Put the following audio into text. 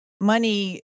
money